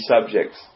subjects